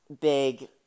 big